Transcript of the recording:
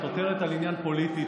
את עותרת על עניין פוליטי-ציבורי.